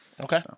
Okay